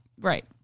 right